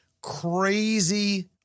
crazy